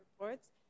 reports